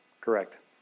Correct